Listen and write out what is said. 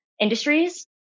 industries